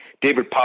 David